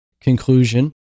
conclusion